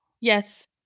Yes